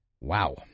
Wow